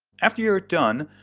after you're done,